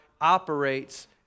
operates